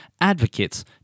advocates